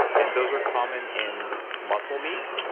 and those are common in muscle meat,